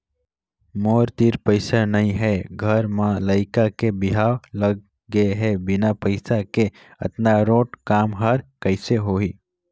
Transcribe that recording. मोर तीर पइसा नइ हे घर म लइका के बिहाव लग गे हे बिना पइसा के अतना रोंट काम हर कइसे होही